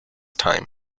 time